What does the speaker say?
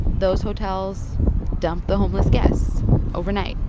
those hotels dump the homeless guests overnight,